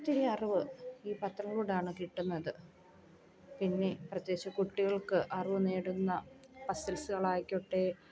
ഒത്തിരി അറിവ് ഈ പത്രം കൊണ്ടാണ് കിട്ടുന്നത് പിന്നെ പ്രത്യേകിച്ച് കുട്ടികൾക്ക് അറിവ് നേടുന്ന പസ്സിൽസുകൾ ആയിക്കോട്ടെ